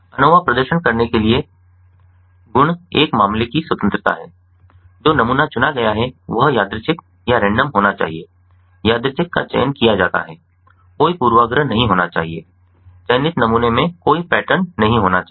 ANOVA प्रदर्शन करने के लिए गुण एक मामले की स्वतंत्रता है जो नमूना चुना गया है वह यादृच्छिक होना चाहिए यादृच्छिक का चयन किया जाता है कोई पूर्वाग्रह नहीं होना चाहिए चयनित नमूने में कोई पैटर्न नहीं होना चाहिए